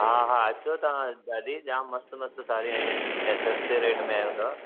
हा हा अचो तव्हां दादी जाम मस्त मस्त साड़ियूं आहियूं आहिनि ऐं सस्ते रेट में आयूं अथव